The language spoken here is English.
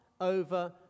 over